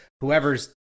whoever's